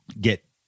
get